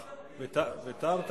ויתר.